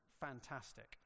fantastic